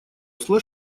осло